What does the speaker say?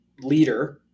leader